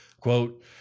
Quote